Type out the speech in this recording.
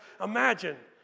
imagine